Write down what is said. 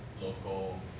local